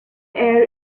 air